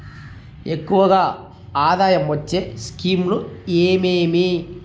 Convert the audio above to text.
ఎక్కువగా ఆదాయం వచ్చే స్కీమ్ లు ఏమేమీ?